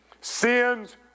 Sins